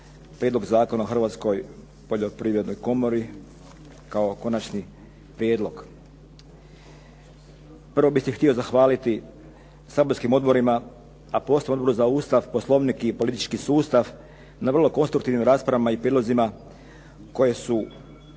Prijedlog zakona o Hrvatskoj poljoprivrednoj komori kao konačni prijedlog. Prvo bih se htio zahvaliti saborskim odborima a posebno Odboru za Ustav, Poslovnik i politički sustav na vrlo konstruktivnim raspravama i prijedlozima koje su